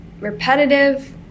repetitive